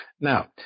Now